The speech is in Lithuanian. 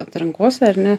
atrankose ar ne